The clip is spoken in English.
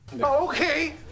okay